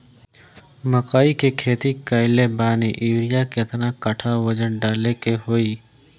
मकई के खेती कैले बनी यूरिया केतना कट्ठावजन डाले के होई?